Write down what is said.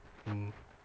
mm